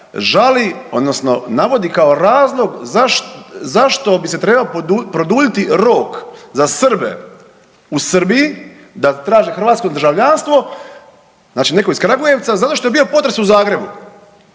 žali odnosno navodi kao razlog zašto bi se trebao produljiti rok za Srbe u Srbiji da traže hrvatsko državljanstvo, znači netko iz Kragujevca, zato što je bio potres u Zagreb